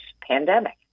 pandemic